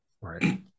Right